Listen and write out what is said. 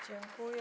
Dziękuję.